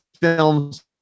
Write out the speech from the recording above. films